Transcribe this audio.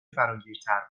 فراگیرتر